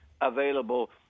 available